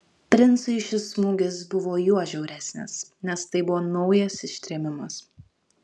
princui šis smūgis buvo juo žiauresnis nes tai buvo naujas ištrėmimas